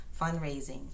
Fundraising